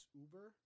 uber